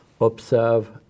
observe